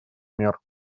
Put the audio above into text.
мер